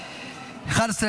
נגד.